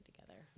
together